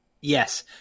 Yes